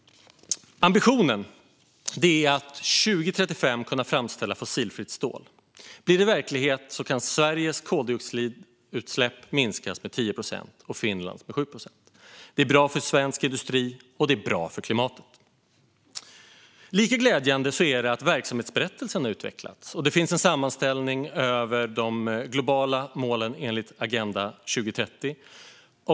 Ambitionen är att 2035 kunna framställa fossilfritt stål. Blir det verklighet kan Sveriges koldioxidutsläpp minskas med 10 procent och Finlands med 7 procent. Det är bra för svensk industri, och det är bra för klimatet. Lika glädjande är det att verksamhetsberättelsen har utvecklats. Det finns en sammanställning över de globala målen enligt Agenda 2030.